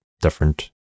different